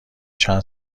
چند